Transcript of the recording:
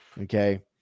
Okay